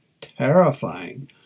terrifying